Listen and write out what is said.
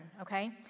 okay